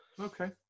Okay